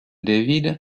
david